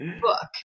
book